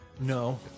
No